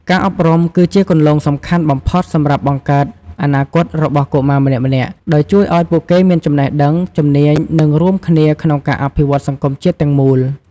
ការអប់រំគឺជាគន្លងសំខាន់បំផុតសម្រាប់បង្កើតអនាគតរបស់កុមារម្នាក់ៗ ដោយជួយឱ្យពួកគេមានចំណេះដឹង ជំនាញ និងរួមគ្នាក្នុងការអភិវឌ្ឍន៍សង្គមជាតិទាំងមូល។